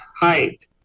height